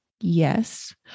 Yes